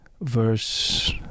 verse